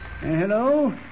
Hello